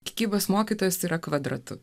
tikybos mokytojas yra kvadratu